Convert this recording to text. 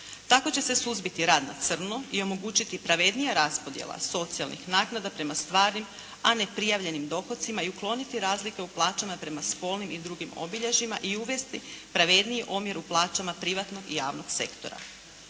Tako će se suzbiti rad na crno i omogućiti pravednija raspodjela socijalnih naknada prema stvarnim, a neprijavljenim dohodcima i ukloniti razlike u plaćama prema spolnim i drugim obilježjima i uvesti pravedniji omjer u plaćama privatnog i javnog sektora.